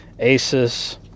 ASUS